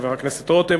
חבר הכנסת רותם,